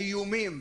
האיומים,